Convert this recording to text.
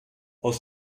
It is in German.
aus